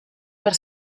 per